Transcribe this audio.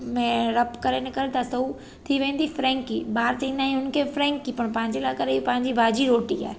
में रब करे ने कर त हू थी वेंदी फ्रेंकी ॿाहिरि चवंदा आहियूं हुन खे फ्रेंकी पर पंहिंजे लाइ करे पंहिंजी भाॼी रोटी आहे